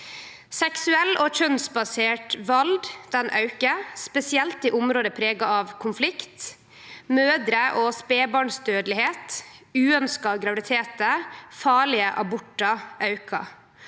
Seksuell og kjønnsbasert vald aukar, spesielt i område prega av konflikt. Mødreog spedbarnsdødelegheit, uønskte graviditetar og farlege abortar aukar.